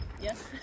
Yes